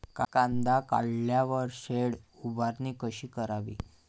कांदा काढल्यावर शेड उभारणी कशी करावी?